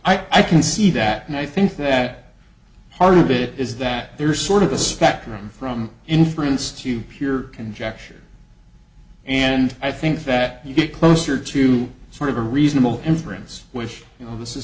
just i can see that and i think that part of it is that there's sort of the spectrum from inference to pure conjecture and i think that you get closer to sort of a reasonable inference wish you know this is